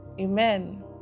Amen